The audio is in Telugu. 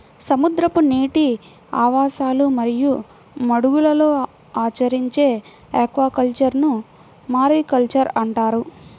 సముద్రపు నీటి ఆవాసాలు మరియు మడుగులలో ఆచరించే ఆక్వాకల్చర్ను మారికల్చర్ అంటారు